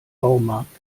baumarkt